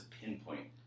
pinpoint